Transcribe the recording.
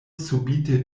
subite